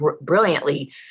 brilliantly